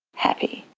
happy.